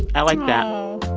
i like that aw.